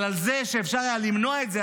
אבל על זה שאפשר היה למנוע את זה,